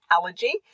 allergy